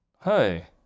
Hi